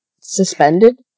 suspended